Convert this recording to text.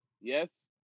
Yes